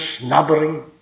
snobbery